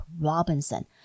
Robinson